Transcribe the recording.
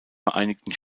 vereinigten